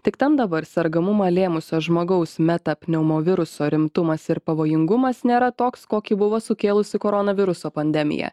tik tam dabar sergamumą lėmusio žmogaus metapneumoviruso rimtumas ir pavojingumas nėra toks kokį buvo sukėlusi koronaviruso pandemija